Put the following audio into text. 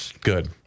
Good